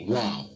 Wow